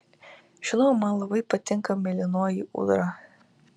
žinau man labai patinka mėlynoji ūdra